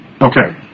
Okay